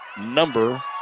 number